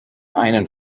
einen